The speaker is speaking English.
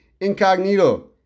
Incognito